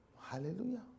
Hallelujah